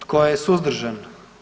Tko je suzdržan?